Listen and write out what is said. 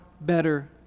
better